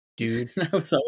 dude